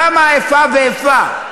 למה האיפה ואיפה?